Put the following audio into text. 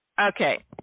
okay